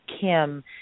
Kim